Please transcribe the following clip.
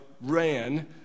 ran